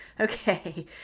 Okay